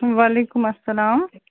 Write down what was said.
وعلیکُم اسلام